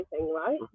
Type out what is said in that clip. right